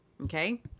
Okay